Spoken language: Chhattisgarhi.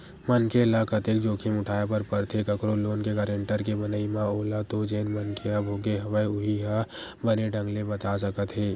मनखे ल कतेक जोखिम उठाय बर परथे कखरो लोन के गारेंटर के बनई म ओला तो जेन मनखे ह भोगे हवय उहीं ह बने ढंग ले बता सकत हे